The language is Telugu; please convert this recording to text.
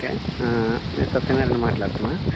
ఓకే నేను సత్యనారాయణని మాట్లాడుతున్నా